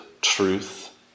truth